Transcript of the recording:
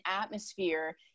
atmosphere